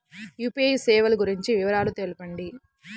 UPI సేవలు గురించి వివరాలు తెలుపండి?